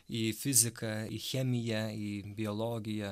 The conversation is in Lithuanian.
į fiziką į chemiją į biologiją